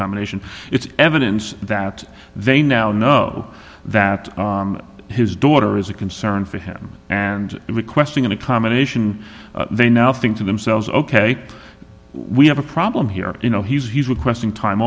combination it's evidence that they now know that his daughter is a concern for him and requesting an accommodation they now think to themselves ok we have a problem here you know he's he's requesting time